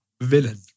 villain